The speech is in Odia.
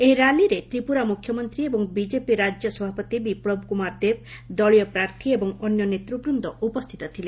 ଏହି ର୍ୟାଲିରେ ତ୍ରିପୁରା ମୁଖ୍ୟମନ୍ତ୍ରୀ ଏବଂ ବିକେପି ରାଜ୍ୟ ସଭାପତି ବିପ୍ଳବ କୁମାର ଦେବ ଦଳୀୟ ପ୍ରାର୍ଥୀ ଏବଂ ଅନ୍ୟ ନେତ୍ରବୃନ୍ଦ ଉପସ୍ଥିତ ଥିଲେ